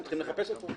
הם צריכים לחפש אותו.